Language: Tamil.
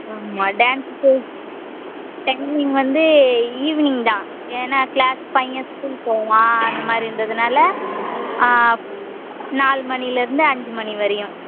ஆமாம் டான்ஸுக்கு டைமிங் வந்து ஈவினிங் தான் ஏன்னா கிளாஸ் பையன் ஸ்கூல் போவான் அந்த மாதிரின்றதுனால நாலு மணியிலேருந்து அஞ்சு மணி வரையும்